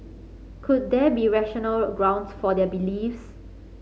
could there be rational grounds for their beliefs